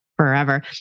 forever